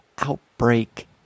Outbreak